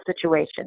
situation